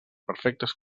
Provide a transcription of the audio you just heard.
perfectes